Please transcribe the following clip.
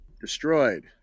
Destroyed